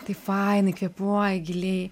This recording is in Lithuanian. tai fainai kvėpuoji giliai